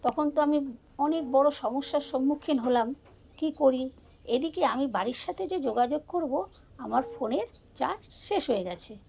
তখন তো আমি অনেক বড়ো সমস্যার সম্মুখীন হলাম কী করি এদিকে আমি বাড়ির সাথে যে যোগাযোগ করবো আমার ফোনের চার্জ শেষ হয়ে গেছে